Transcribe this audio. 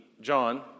John